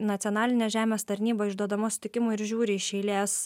nacianalinė žemės tarnyba išduodama sutikimų ir žiūri iš eilės